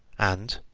and,